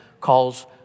calls